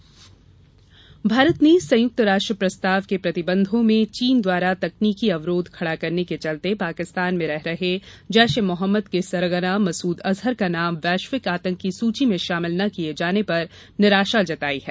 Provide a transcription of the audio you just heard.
संयुक्त राष्ट्र प्रस्ताव भारत ने संयुक्त राष्ट्र प्रस्ताव के प्रतिबंधों में चीन द्वारा तकनीकि अवरोध खड़ा करने के चलते पाकिस्तान में रह रहे जैश ए मोहम्मद के सरगना मसूद अजहर का नाम वैश्विक आतंकी सूची में शामिल न किये जाने पर निराशा जताई है